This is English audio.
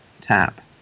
tap